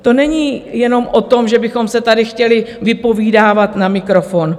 To není jenom o tom, že bychom se tady chtěli vypovídávat na mikrofon.